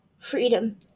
freedom